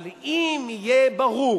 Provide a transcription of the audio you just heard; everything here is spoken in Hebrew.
אבל אם יהיה ברור